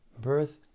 birth